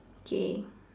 okay